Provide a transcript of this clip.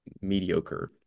mediocre